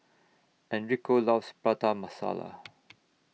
Enrico loves Prata Masala